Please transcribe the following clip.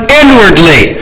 inwardly